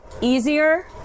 easier